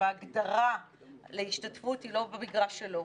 ההגדרה להשתתפות היא לא במגרש שלו.